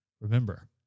Remember